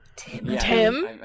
tim